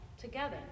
together